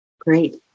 Great